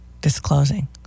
disclosing